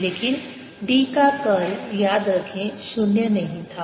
लेकिन D का कर्ल याद रखें शून्य नहीं था